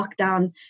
lockdown